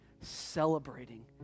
celebrating